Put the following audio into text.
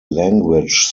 language